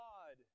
God